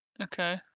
Okay